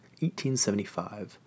1875